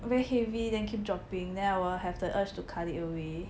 very heavy then keep dropping then I will have the urge to cut it away